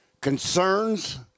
concerns